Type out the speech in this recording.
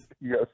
Yes